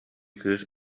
кыыс